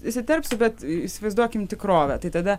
įsiterpsiu bet įsivaizduokim tikrovę tai tada